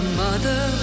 mother